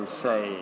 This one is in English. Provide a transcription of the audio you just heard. say